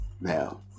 Now